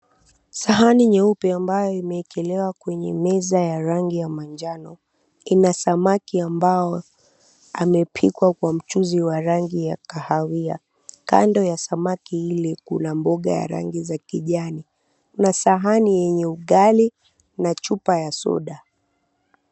Sahani nyeupe ambayo imewekelewa kwenye meza ya rangi ya manjano ina samaki ambao amepikwa kwa mchuzi wa rangi ya kahawia. Kando ya samaki ile kuna mboga ya rangi za kijani. Kuna sahani yenye ugali na chupa ya soda.